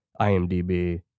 IMDB